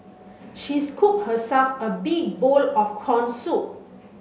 she scooped herself a big bowl of corn soup